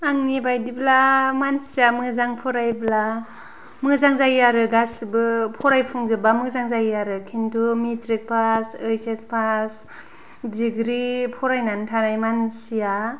आंननि बायदिब्ला मानसिआ मोजां फरायब्ला मोजां जायो आरो गासिबो फरायफुंजोब्बा मोजां जायो आरो खिन्थु matric pass H S pass degree फरायनानै थानाय मानसिआ